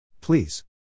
Please